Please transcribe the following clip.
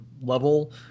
level